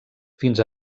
fins